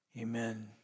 amen